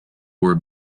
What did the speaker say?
were